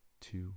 two